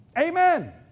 Amen